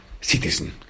citizen